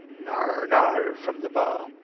nar, nar! from the bar.